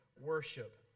worship